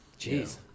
Jeez